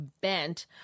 bent